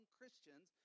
Christians